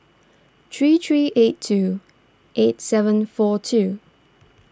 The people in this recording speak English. three three eight two eight seven four two